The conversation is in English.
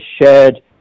shared